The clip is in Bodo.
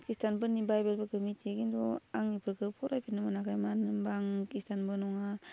खृष्टीयानफोरनि बाइबेलफोरखौ मिथियो खिन्थु आं बेफोरखौ फरायफेरनो मोनाखै मानो होनबा आं खृष्टीयानबो नङा